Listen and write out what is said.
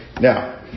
Now